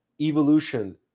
evolution